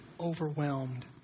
overwhelmed